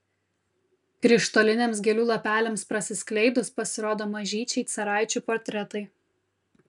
krištoliniams gėlių lapeliams prasiskleidus pasirodo mažyčiai caraičių portretai